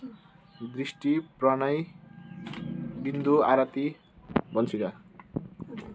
दृष्टि प्रणय बिन्दु आरती बन्सिका